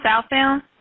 southbound